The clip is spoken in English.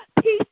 Peace